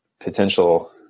potential